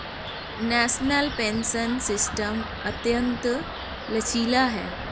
national pension system अत्यंत लचीला है